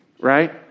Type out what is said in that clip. right